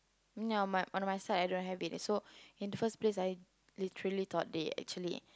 no my on my side I don't have it so in the first place I literally thought that they actually